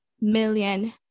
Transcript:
million